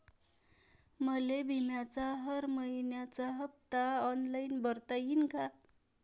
मले बिम्याचा हर मइन्याचा हप्ता ऑनलाईन भरता यीन का?